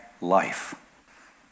life